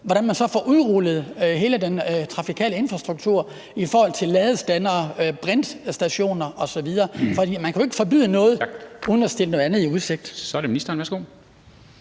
hvordan man så får udrullet hele den trafikale infrastruktur i forhold til ladestandere, brintstationer osv., for man kan jo ikke forbyde noget, uden at stille noget andet i udsigt. Kl. 10:36 Formanden (Henrik